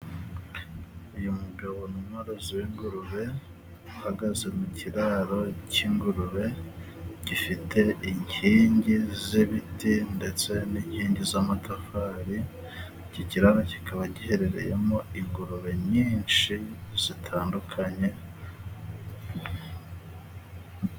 Uyu mugabo ni umworozi w'ingurube, ahagaze mu kiraro cy'ingurube gifite inkingi z'ibiti ndetse n'inkingi z'amatafari, iki kiraro kikaba giherereyemo ingurube nyinshi zitandukanye.